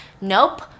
nope